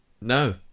No